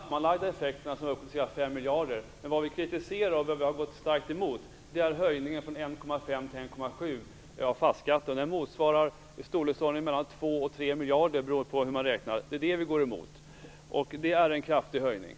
Fru talman! Nej, Per Rosengren har missuppfattat det här. Det är de sammanlagda effekterna som uppgår till ca 5 miljarder. Det som vi kritiserar och har gått starkt emot är höjningen från 1,5 % till 1,7 % av fastighetsskatten. Den har storleksordningen 2-3 miljarder, beroende på hur man räknar. Det är denna kraftiga höjning som vi går emot.